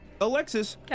Alexis